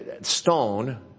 Stone